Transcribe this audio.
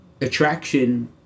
attraction